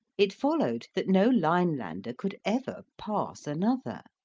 it followed that no linelander could ever pass another.